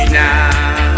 now